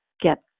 get